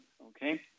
okay